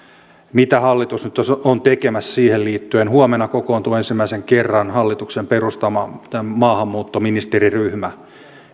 mitä hallitus nyt on tekemässä siihen liittyen huomenna kokoontuu ensimmäisen kerran hallituksen perustama maahanmuuttoministeriryhmä